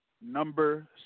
number